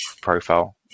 profile